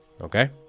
okay